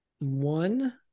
one